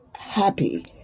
happy